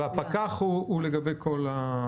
הפקח הוא לגבי כולם.